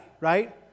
right